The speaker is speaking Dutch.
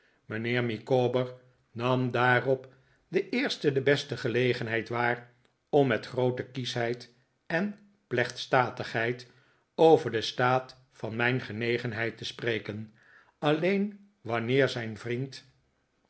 mijnheer micawber nam daarop de eerste de beste gelegenheid waar om met groote kieschheid en plechtstatigheid over den staat van m ij n genegenheid te spreken alleen wanneer zijn vriend